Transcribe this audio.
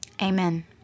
Amen